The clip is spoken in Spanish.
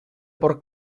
por